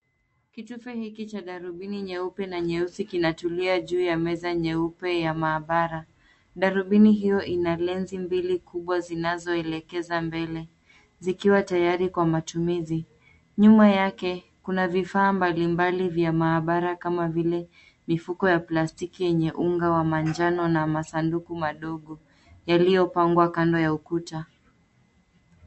Kitufe hiki cha darubini nyeupe na nyeusi kinatulia juu ya meza nyeupe ya maabara. Darubini hiyo inalenzi mbili kubwa zinazoelekeza mbele, zikiwa tayari kwa matumizi. Nyuma yake, kuna vifaa mbalimbali vya maabara kama vile, mifuko ya plastiki yenye unga wa manjano na masanduku madogo, yaliyopangwa kando ya ukuta.